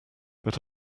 but